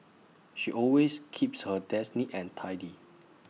she always keeps her desk neat and tidy